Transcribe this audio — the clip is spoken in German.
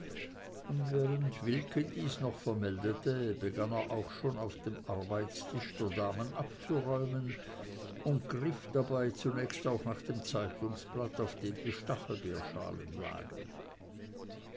und während wilke dies noch vermeldete begann er auch schon auf dem arbeitstisch der damen abzuräumen und griff dabei zunächst nach dem zeitungsblatt auf dem die stachelbeerschalen lagen